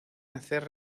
hacer